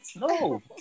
No